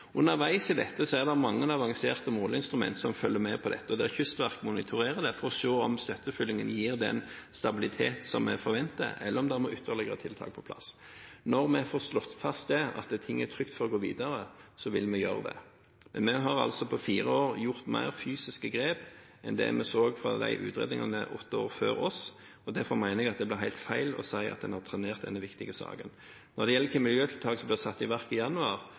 Underveis er det mange avanserte måleinstrumenter som følger med på dette. Kystverket monitorerer det for å se om støttefyllingen gir den stabilitet som vi forventer, eller om det må ytterligere tiltak på plass. Når vi får slått fast at det er trygt å gå videre, vil vi gjøre det. Vi har altså på fire år gjort flere fysiske grep enn det vi så fra utredningene åtte år før oss. Derfor mener jeg at det blir helt feil å si at en har trenert denne viktige saken. Når det gjelder hvilke miljøtiltak som blir satt i verk i januar: